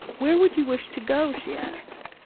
where would you wish to go? she asked.